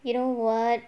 you know what